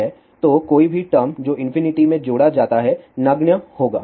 तो कोई भी टर्म जो इंफिनिटी में जोड़ा जाता है नगण्य होगा